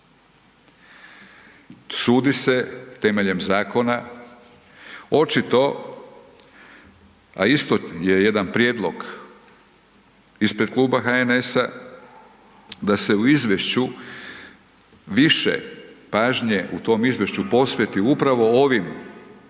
Sudi se temeljem zakona očito, a isto je jedan prijedlog ispred Kluba HNS-a da se u izvješću više pažnje, u tom izvješću, posveti upravo ovim,